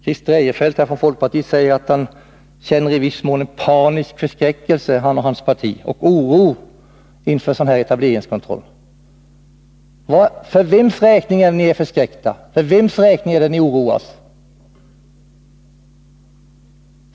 Christer Eirefelt från folkpartiet kände panisk förskräckelse för att införa etableringskontroll. För vems räkning är ni förskräckta och oroade?